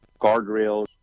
guardrails